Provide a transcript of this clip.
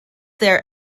their